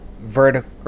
vertical